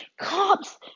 cops